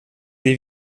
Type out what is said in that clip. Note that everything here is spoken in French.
des